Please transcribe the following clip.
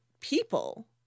people